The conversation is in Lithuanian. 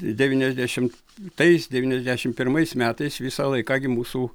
devyniasdešim tais devyniasdešimt pirmais metais visą laiką gi mūsų